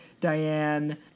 Diane